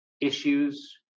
issues